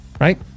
right